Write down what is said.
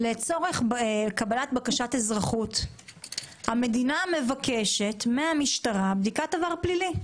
לצורך קבלת בקשת אזרחות המדינה מבקשת מהמשטרה בדיקת עבר פלילי,